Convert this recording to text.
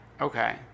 Okay